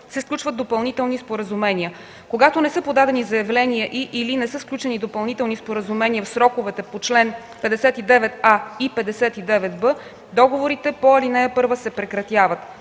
се сключват допълнителни споразумения. Когато не са подадени заявления и/или не са сключени допълнителни споразумения в сроковете по чл. 59а и 59б, договорите по ал. 1 се прекратяват.”